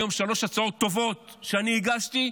שלוש הצעות טובות שאני הגשתי,